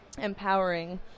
empowering